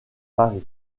paris